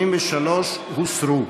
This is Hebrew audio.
83 הוסרו.